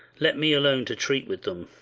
let me alone to treat with them.